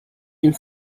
une